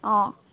অঁ